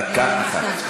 דקה אחת.